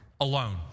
alone